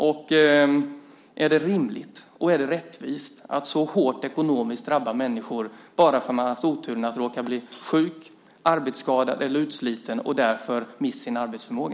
Och är det rimligt och är det rättvist att människor drabbas så hårt ekonomiskt bara därför att de har haft oturen att råka bli sjuka, arbetsskadade eller utslitna och därför mist sin arbetsförmåga?